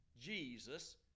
Jesus